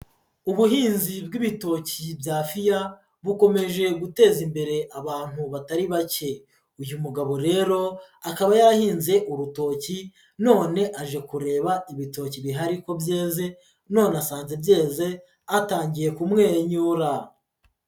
Ubuhinzi bwi'ibitoki bya fiya, bukomeje guteza imbere abantu batari bake. Uyu mugabo rero, akaba yarahinze urutoki, none aje kureba ibitoki bihari ko byeze, none asanze byeze atangiye kumwenyura.